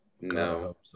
No